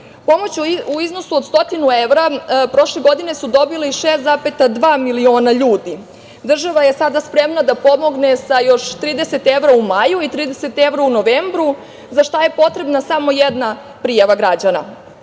u iznosu od 100 evra prošle godine je dobilo 6,2 miliona ljudi. Država je sada spremna da pomogne sa još 30 evra u maju i 30 evra u novembru, za šta je potrebna samo jedna prijava građana.